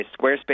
Squarespace